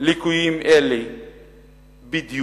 ליקויים אלה בדיוק".